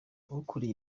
ukuriye